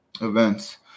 events